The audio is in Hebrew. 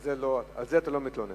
על זה אתה לא מתלונן.